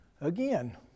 Again